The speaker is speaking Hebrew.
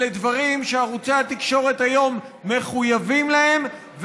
אלה דברים שערוצי התקשורת היום מחויבים להם,